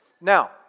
Now